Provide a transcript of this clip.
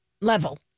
Level